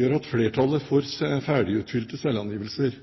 gjør at flertallet får ferdigutfylte selvangivelser.